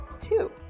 two